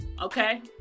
Okay